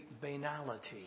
banality